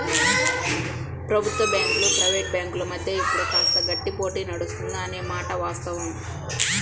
ప్రభుత్వ బ్యాంకులు ప్రైవేట్ బ్యాంకుల మధ్య ఇప్పుడు కాస్త గట్టి పోటీ నడుస్తుంది అనే మాట వాస్తవం